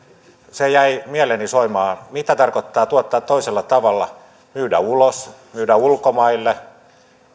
se jäi mieleeni soimaan mitä tarkoittaa tuottaa toisella tavalla myydä ulos myydä ulkomaille